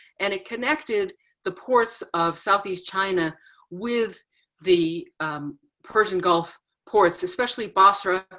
and it connected the ports of southeast china with the persian gulf ports especially basra,